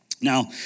Now